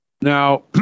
Now